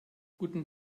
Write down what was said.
guten